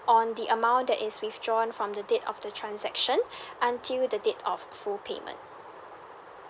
on the amount that is withdrawn from the date of the transaction until the date of full payment